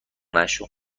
نشو